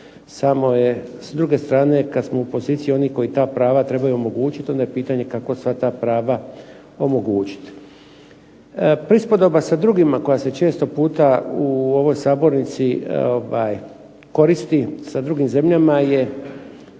samo je s druge strane kad smo u poziciji onih koji ta prava trebaju omogućiti onda je pitanje kako sva ta prava omogućiti. Prispodoba sa drugima koja se često puta u ovoj sabornici koristi sa drugim zemljama je